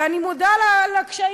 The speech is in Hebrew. אני מודה בקשיים.